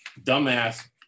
dumbass